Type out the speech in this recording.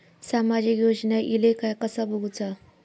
सामाजिक योजना इले काय कसा बघुचा?